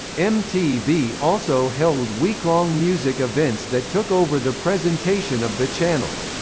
mtv also held week-long music events that took over the presentation of the channel.